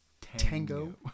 Tango